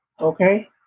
okay